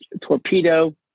Torpedo